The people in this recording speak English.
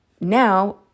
Now